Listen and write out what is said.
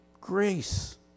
Grace